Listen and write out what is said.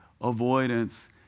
avoidance